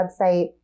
website